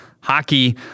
hockey